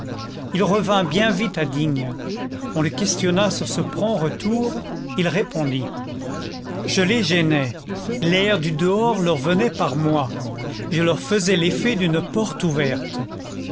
il revint bien vite à digne on le questionna sur ce prompt retour il répondit je les gênais l'air du dehors leur venait par moi je leur faisais l'effet d'une porte ouverte